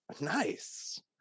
Nice